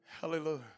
Hallelujah